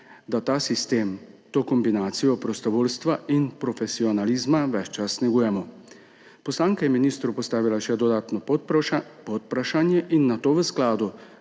da ta sistem, to kombinacijo prostovoljstva in profesionalizma ves čas negujemo. Poslanka je ministru postavila še dodatno podvprašanje in nato v skladu